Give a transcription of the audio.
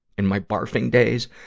in my barfing days,